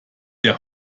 der